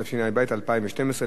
התשע"ב 2012,